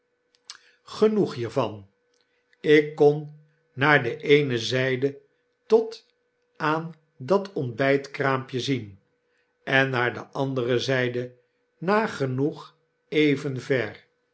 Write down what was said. genoeg hiervan ik kon naar de eene zyde tot aan dat ontbijtkraampje zien en naar de andere zijde nagenoeg even ver